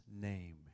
name